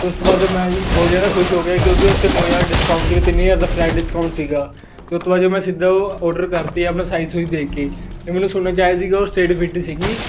ਅਤੇ ਉਸ ਤੋਂ ਬਾਅਦ ਜਦੋਂ ਮੈਂ ਬਹੁਤ ਜ਼ਿਆਦਾ ਖੁਸ਼ ਹੋ ਗਿਆ ਕਿਉਂਕਿ ਉੱਥੇ ਬਹੁਤ ਜ਼ਿਆਦਾ ਡਿਸਕਾਊਂਟ ਸੀ ਤਿੰਨ ਹਜ਼ਾਰ ਦਾ ਫਲੈਟ ਡਿਸਕਾਊਂਟ ਸੀਗਾ ਅਤੇ ਉਸ ਤੋਂ ਬਾਅਦ ਜਦੋਂ ਮੈਂ ਸਿੱਧਾ ਉਹ ਔਡਰ ਕਰਤੀ ਆਪਣਾ ਸਾਈਜ਼ ਸੁਈਜ਼ ਦੇਖ ਕੇ ਅਤੇ ਮੈਨੂੰ ਸੁਣਨ 'ਚ ਆਇਆ ਸੀਗਾ ਉਹ ਸਟਰੇਟ ਫਿੱਟ ਸੀਗੀ